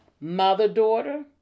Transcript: mother-daughter